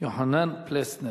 יוחנן פלסנר.